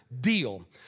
deal